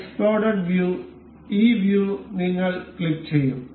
exploded view ഈ view നിങ്ങൾ ക്ലിക്കുചെയ്യും